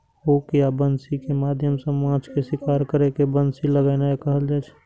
hook या बंसी के माध्यम सं माछ के शिकार करै के बंसी लगेनाय कहल जाइ छै